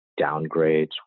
downgrades